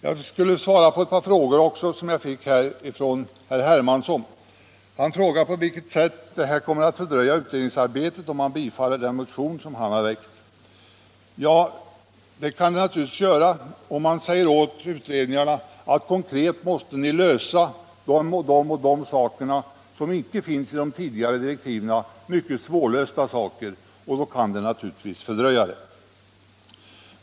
Jag skall också svara på ett par frågor av herr Hermansson. Han frågade, på vilket sätt det skulle fördröja utredningsarbetet om den motion som han väckt bifölls. Ja, om man säger åt utredningarna att de konkret måste lösa det och det mycket svårlösta problemet, som icke upptagits i de tidigare direktiven, kan detta naturligtvis fördröja utredningarnas resultat.